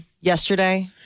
yesterday